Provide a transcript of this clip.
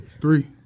Three